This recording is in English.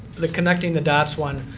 the connecting the dots one.